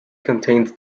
contains